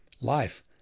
Life